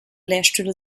lehrstühle